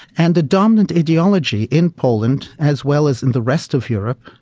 and the dominant ideology in poland, as well as in the rest of europe,